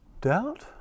Doubt